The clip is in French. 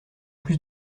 plus